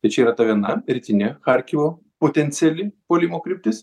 tai čia yra ta viena rytinė charkivo potenciali puolimo kryptis